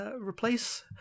replace